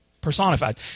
personified